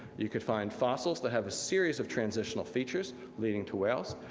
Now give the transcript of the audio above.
you could find fossils that have a series of transitional features leading to whales,